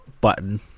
button